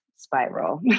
Spiral